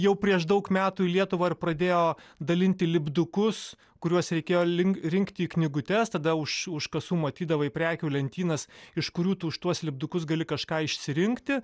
jau prieš daug metų į lietuvą ir pradėjo dalinti lipdukus kuriuos reikėjo link rinkti į knygutes tada už už kasų matydavai prekių lentynas iš kurių tu už tuos lipdukus gali kažką išsirinkti